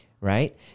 Right